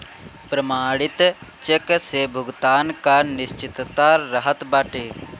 प्रमाणित चेक से भुगतान कअ निश्चितता रहत बाटे